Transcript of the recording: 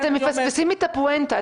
אתם מפספסים את הפואנטה.